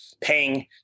paying